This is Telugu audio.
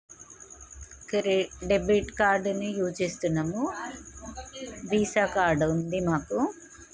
క్రె డెబిట్ కార్డ్ని యూజ్ చేస్తున్నాము వీసా కార్డ్ ఉంది మాకు